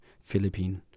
Philippines